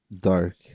dark